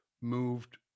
moved